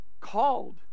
called